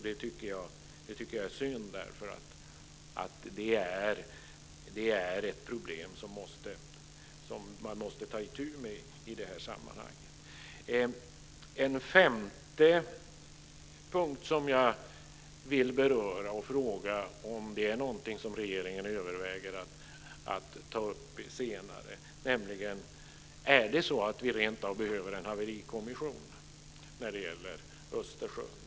Det tycker jag är synd, därför att det är problem som man måste ta itu med i det här sammanhanget. För det femte vill jag beröra någonting som jag undrar om regeringen överväger att ta upp senare, nämligen om vi rentav behöver en haverikommission när det gäller Östersjön.